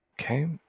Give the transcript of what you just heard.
Okay